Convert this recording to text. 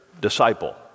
disciple